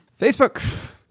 facebook